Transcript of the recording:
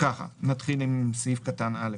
נתחיל עם סעיף קטן (א).